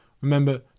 Remember